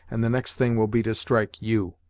and the next thing will be to strike you.